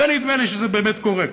ונדמה לי שזה באמת קורה כאן.